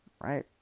right